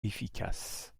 efficace